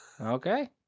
Okay